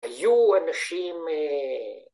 ‫היו אנשים...